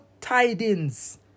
tidings